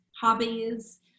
hobbies